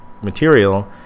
material